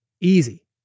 Easy